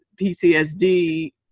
PTSD